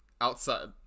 Outside